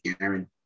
aaron